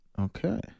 Okay